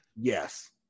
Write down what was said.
Yes